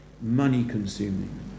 money-consuming